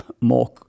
more